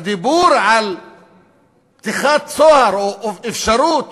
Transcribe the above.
הדיבור על פתיחת צוהר או אפשרות